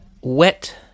wet